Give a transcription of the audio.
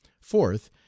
Fourth